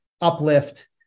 uplift